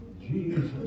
Jesus